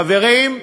חברים,